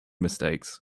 mistakes